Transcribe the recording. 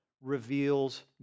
reveals